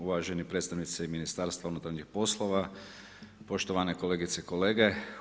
Uvaženi predstavnici Ministarstva unutarnjih poslova, poštovane kolegice i kolege.